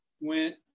went